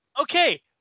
okay